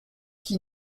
qui